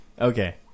Okay